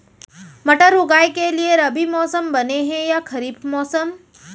मटर उगाए के लिए रबि मौसम बने हे या खरीफ मौसम?